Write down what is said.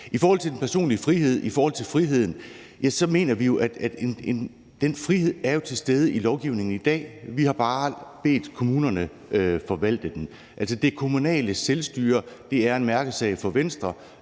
I forhold til den personlige frihed og i forhold til frihed mener vi, at den frihed jo er til stede i lovgivningen i dag. Vi har bare bedt kommunerne forvalte den. Altså, det kommunale selvstyre er en mærkesag for Venstre,